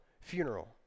funeral